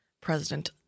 President